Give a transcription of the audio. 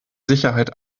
sicherheit